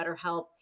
BetterHelp